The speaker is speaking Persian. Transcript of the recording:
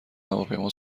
هواپیما